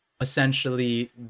essentially